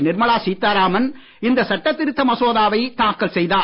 நிர்மலாள சீத்தாராமன் இந்த சட்டத்திருத்த மசோதாவை தாக்கல் செய்தார்